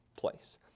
place